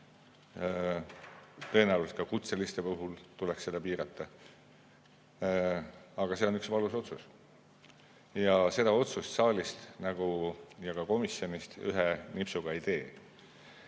Tõenäoliselt ka kutseliste puhul tuleks seda piirata. Aga see on üks valus otsus. Ja seda otsust saalis ega ka komisjonis ühe nipsuga ei tee.